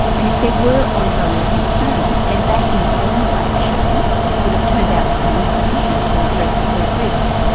and if there were ongoing concerns then that informal action would've turned out to be insufficient to address the risk.